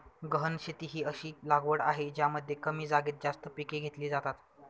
गहन शेती ही अशी लागवड आहे ज्यामध्ये कमी जागेत जास्त पिके घेतली जातात